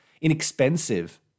inexpensive